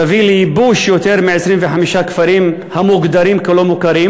תביא לייבוש יותר מ-25 כפרים המוגדרים כלא-מוכרים,